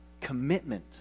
commitment